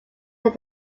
said